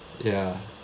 ya